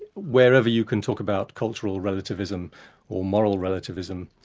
wherever you can talk about cultural relativism or moral relativism,